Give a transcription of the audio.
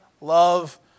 love